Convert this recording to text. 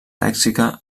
lèxica